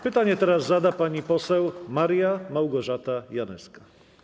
Pytanie teraz zada pani poseł Maria Małgorzata Janyska.